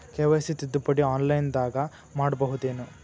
KYC ತಿದ್ದುಪಡಿ ಆನ್ಲೈನದಾಗ್ ಮಾಡ್ಬಹುದೇನು?